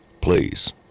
please